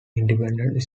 independent